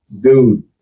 Dude